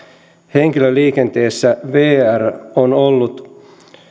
henkilöliikenteessä vr on ollut